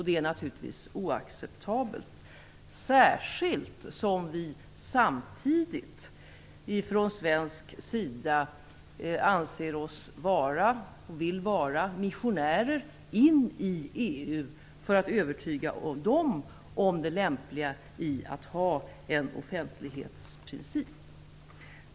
Det är naturligtvis oacceptabelt, särskilt som vi från svensk sida anser oss vara och vill vara missionärer i EU för att övertyga EU om det lämpliga i att ha en offentlighetsprincip.